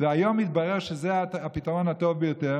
והיום מתברר שזה הפתרון הטוב ביותר.